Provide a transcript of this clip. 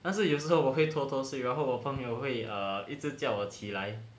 但是有时候我会偷偷睡然后我朋友会 err 一直叫我起来